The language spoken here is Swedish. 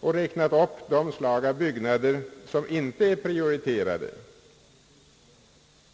och räknat upp de slag av byggnader som inte är prioriterade.